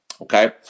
okay